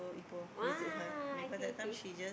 ah K K